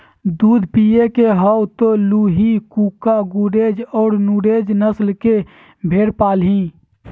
दूध पिये के हाउ त लोही, कूका, गुरेज औरो नुरेज नस्ल के भेड़ पालीहीं